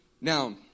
Now